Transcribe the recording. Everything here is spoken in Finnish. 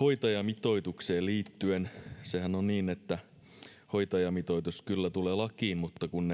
hoitajamitoitukseen liittyen sehän on niin että hoitajamitoitus kyllä tulee lakiin mutta kun